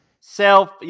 self-